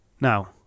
Now